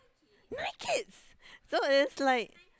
nine kids so it's like